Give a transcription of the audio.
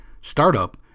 startup